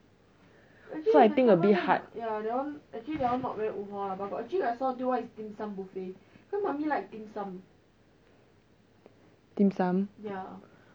so I think a bit hard dim sum